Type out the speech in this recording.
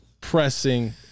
pressing